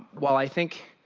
while i think